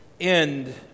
end